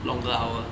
longer hours